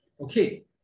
Okay